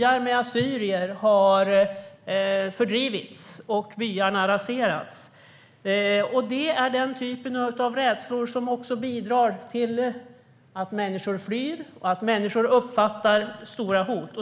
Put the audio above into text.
Assyrier har fördrivits från sina byar, och byarna har raserats. Sådana rädslor bidrar till att människor flyr och uppfattar stora hot.